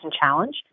challenge